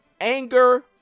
anger